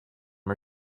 her